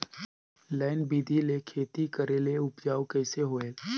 Line बिधी ले खेती करेले उपजाऊ कइसे होयल?